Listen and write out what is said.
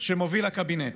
שמוביל הקבינט.